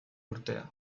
urtea